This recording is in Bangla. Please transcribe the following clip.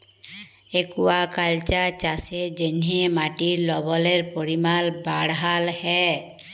একুয়াকাল্চার চাষের জ্যনহে মাটির লবলের পরিমাল বাড়হাল হ্যয়